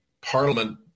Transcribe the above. parliament